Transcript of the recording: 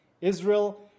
Israel